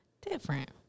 Different